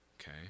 okay